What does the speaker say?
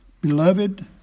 Beloved